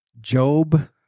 Job